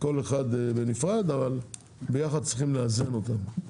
כל אחד בנפרד אבל ביחד צריכים לאזן אותם.